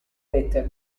with